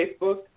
Facebook